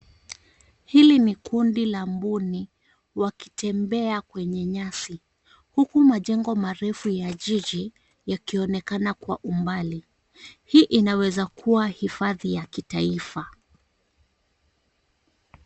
Hili ni kundi la mbuni wakitembea kwenye nyasi, huku majengo marefu ya jiji yakionekana kwa umbali. Hii inaweza kua hifadhi ya kitaifa.